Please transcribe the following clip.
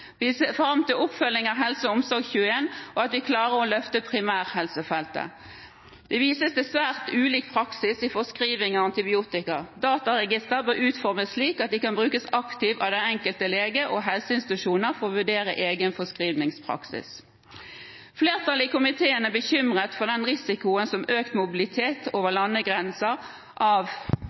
Vi ser fram til oppfølging av HelseOmsorg21 og at vi klarer å løfte primærhelsefeltet. Det vises til svært ulik praksis i forskriving av antibiotika. Dataregistre bør utformes slik at de kan brukes aktivt av den enkelte lege og helseinstitusjon for å vurdere egen forskrivingspraksis. Flertallet i komiteen er bekymret for den risikoen som økt mobilitet